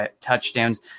touchdowns